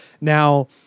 Now